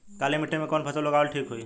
काली मिट्टी में कवन फसल उगावल ठीक होई?